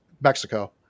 Mexico